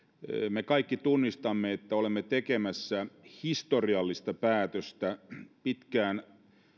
me kaikki tunnistamme että olemme tekemässä historiallista päätöstä pitkään